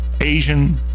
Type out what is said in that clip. Asian